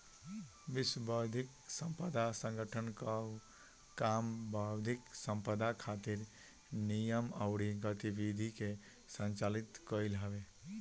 विश्व बौद्धिक संपदा संगठन कअ काम बौद्धिक संपदा खातिर नियम अउरी गतिविधि के संचालित कईल हवे